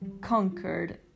conquered